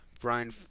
Brian